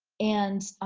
and